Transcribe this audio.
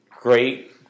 great